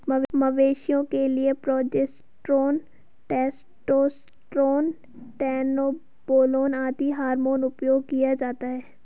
मवेशियों के लिए प्रोजेस्टेरोन, टेस्टोस्टेरोन, ट्रेनबोलोन आदि हार्मोन उपयोग किया जाता है